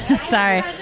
Sorry